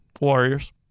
Warriors